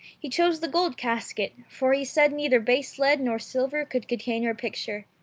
he chose the gold casket, for he said neither base lead nor silver could contain her picture.